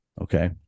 Okay